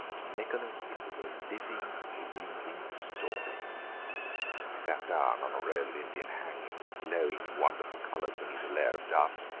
to nicholas it was a living, breathing story he sat down on a roll of indian hangings, glowing in wonderful colours beneath a layer of dust,